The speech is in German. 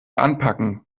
anpacken